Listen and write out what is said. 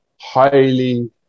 highly